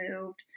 moved